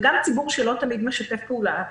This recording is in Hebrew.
וגם ציבור שלא תמיד משתף פעולה,